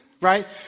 right